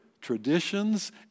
traditions